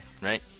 Right